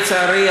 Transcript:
לצערי,